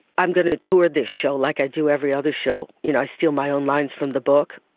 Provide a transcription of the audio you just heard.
i'm going to tour this show, like i do every other show, you know, i steal my own lines from the book,